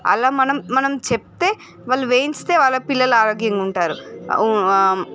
అలా మనం చెప్తే వాళ్లు వేయిస్తే వాళ్ళ పిల్లలు ఆరోగ్యంగా ఉంటారు